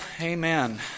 amen